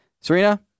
Serena